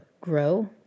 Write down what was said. grow